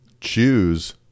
choose